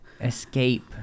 Escape